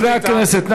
חברי הכנסת,